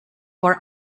for